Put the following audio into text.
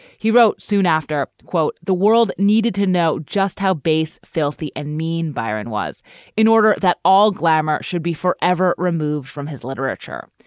he wrote soon after, quote, the world needed to know just how base, filthy and mean biron was in order that all glamour should be forever removed from his literature.